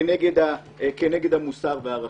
כנגד המוסר והערכים.